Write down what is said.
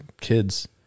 kids